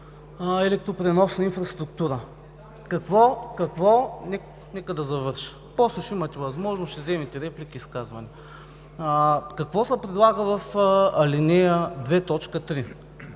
електропреносна инфраструктура. (Реплики.) Нека да завърша, после ще имате възможност да вземете реплики и изказвания. Какво се предлага в ал. 2, т. 3?